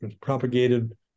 propagated